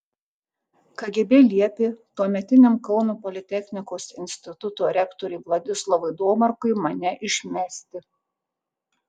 kgb liepė tuometiniam kauno politechnikos instituto rektoriui vladislavui domarkui mane išmesti